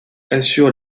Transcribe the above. assure